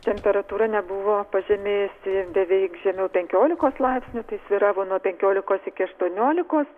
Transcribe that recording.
temperatūra nebuvo pažemėjusi beveik žemiau penkiolikos laipsnių tai svyravo nuo penkiolikos iki aštuoniolikos